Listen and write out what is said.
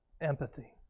Empathy